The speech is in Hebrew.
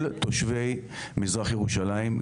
כל תושבי מזרח ירושלים,